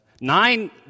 Nine